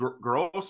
gross